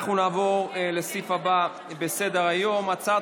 אנחנו נעבור לסעיף הבא בסדר-היום: הצעת